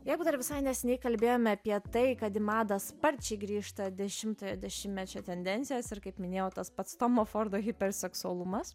jeigu dar visai neseniai kalbėjome apie tai kad į madą sparčiai grįžta dešimtojo dešimtmečio tendencijos ir kaip minėjau tas pats tomo fordo hiperseksualumas